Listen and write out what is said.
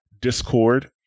discord